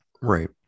right